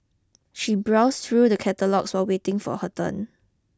she browsed through the catalogues while waiting for her turn